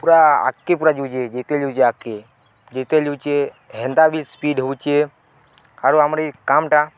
ପୁରା ଆଗ୍କେ ପୁରା ଜୁଚେ ଯେତେ ଲୁଛେ ଆଗ୍କେ ଯେତେ ଲୁଚେ ହେନ୍ତା ବି ସ୍ପିଡ଼ ହେଉଁଛେ ଆରୁ ଆମର ଏଇ କାମଟା